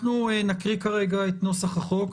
אנחנו נקריא כרגע את נוסח החוק.